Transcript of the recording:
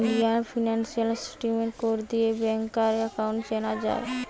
Indian financial system code দিয়ে ব্যাংকার account চেনা যায়